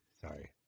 sorry